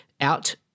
out